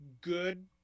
good